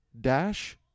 Dash